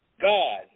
God